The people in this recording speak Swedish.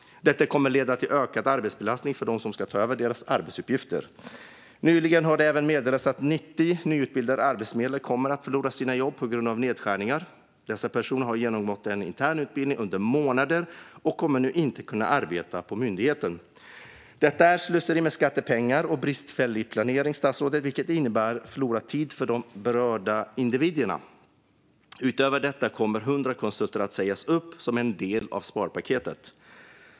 Detta kommer att leda till ökad arbetsbelastning för dem som ska ta över deras arbetsuppgifter. Nyligen har det även meddelats att 90 nyutbildade arbetsförmedlare kommer att förlora sina jobb på grund av nedskärningar. Dessa personer har genomgått en intern utbildning under månader och kommer nu inte att kunna arbeta på myndigheten. Detta är slöseri med skattepengar och bristfällig planering, vilket innebär förlorad tid för de berörda individerna. Utöver dessa kommer 100 konsulter att sägas upp som en del av sparpaketet.